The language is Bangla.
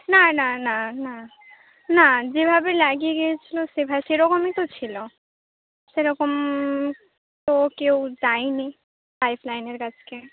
না না না না না যেভাবে লাগিয়ে গেছিল সেভা সেরকমই তো ছিল সেরকম তো কেউ যায়নি পাইপ লাইনের কাছে